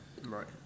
Right